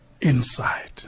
inside